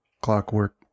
clockwork